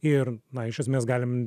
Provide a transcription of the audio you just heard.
ir na iš esmės galim